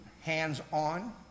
hands-on